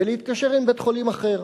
ולהתקשר עם בית-חולים אחר.